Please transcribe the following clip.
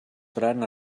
faran